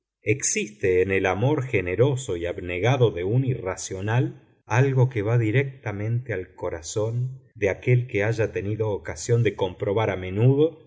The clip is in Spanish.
existe en el amor generoso y abnegado de un irracional algo que va directamente al corazón de aquel que haya tenido ocasión de comprobar a menudo